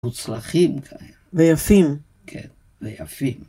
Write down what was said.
מוצלחים כאלה. ויפים. כן, ויפים.